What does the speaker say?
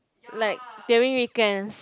like during weekends